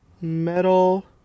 Metal